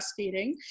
breastfeeding